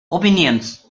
opinions